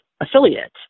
affiliate